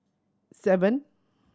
seven